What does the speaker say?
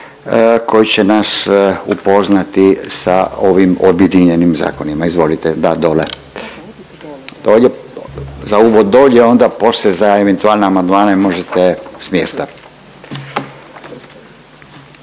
koji će nas upoznati sa ovim objedinjenim zakonima. Izvolite, da dole, dolje, za uvod dolje, a onda poslije za eventualne amandmane možete s mjesta,